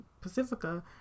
Pacifica